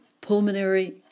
pulmonary